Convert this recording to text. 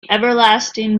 everlasting